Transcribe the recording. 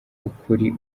ukuri